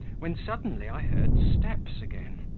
when suddenly i heard steps again.